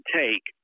take